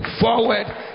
Forward